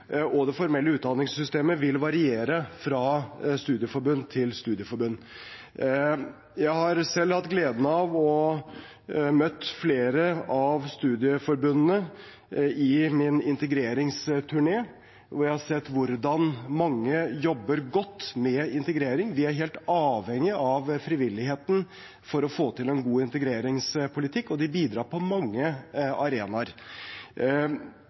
og det formelle utdanningssystemet vil variere fra studieforbund til studieforbund. Jeg har selv hatt gleden av å møte flere av studieforbundene på min integreringsturné, hvor jeg har sett hvordan mange jobber godt med integrering. De er helt avhengige av frivilligheten for å få til en god integreringspolitikk, og de bidrar på mange arenaer.